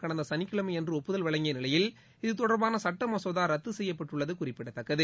கடந்த சனிக்கிழமையன்று ஒப்புதல் வழங்கிய நிலையில் இதுதொடர்பாள சுட்ட மசோதா ரத்து செய்யப்பட்டுள்ளது குறிப்பிடத்தக்கது